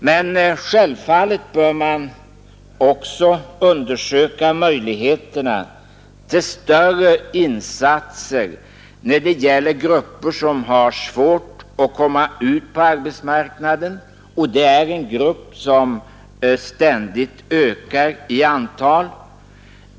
Men självfallet bör man också undersöka förutsättningarna för större insatser när det gäller den grupp som har svårt att komma ut på arbetsmarknaden — och det är en grupp som ständigt ökar i storlek.